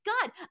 God